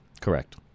Correct